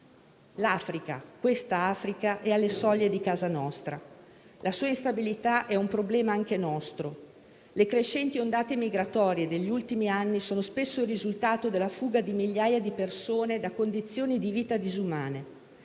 L'Africa, quest'Africa, è alle soglie di casa nostra. La sua instabilità è un problema anche nostro. Le crescenti ondate migratorie degli ultimi anni sono spesso il risultato della fuga di migliaia di persone da condizioni di vita disumane,